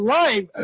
life